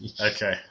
Okay